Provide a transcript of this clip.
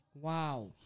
wow